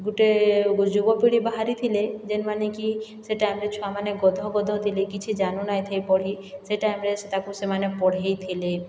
ଗୁଟେ ଯୁବପିଢ଼ୀ ବାହାରିଥିଲେ ଯେନ୍ ମାନେକି ସେ ଟାଇମରେ ଛୁଆମାନେ ଗଧ ଗଧ ଥିଲେ କିଛି ଜାନୁ ନାଇଥାଏ ପଢ଼ି ସେ ଟାଇମରେ ସେତାକୁ ସେମାନେ ପଢ଼େଇଥିଲେ